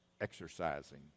exercising